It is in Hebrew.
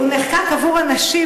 הוא נחקק עבור הנשים,